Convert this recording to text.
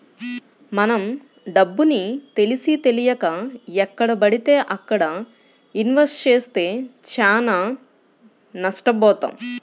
మనం డబ్బుని తెలిసీతెలియక ఎక్కడబడితే అక్కడ ఇన్వెస్ట్ చేస్తే చానా నష్టబోతాం